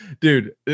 dude